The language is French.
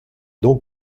donc